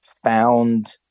found